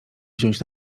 wziąć